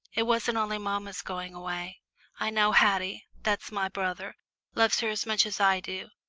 it wasn't only mamma's going away i know haddie that's my brother loves her as much as i do,